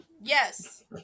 Yes